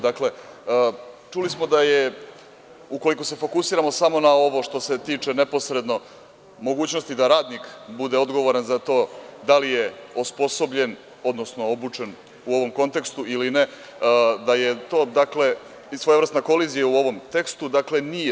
Dakle, čuli smo da je, ukoliko se fokusiramo samo na ovo što se tiče neposredno mogućnosti da radnik bude odgovoran za to da li je osposobljen, odnosno obučen u ovom kontekstu ili ne, da je to dakle i svojevrsna kolizija u ovom tekstu, dakle nije.